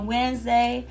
Wednesday